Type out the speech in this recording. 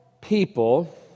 people